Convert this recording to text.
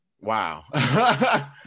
wow